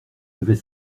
devait